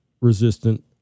resistant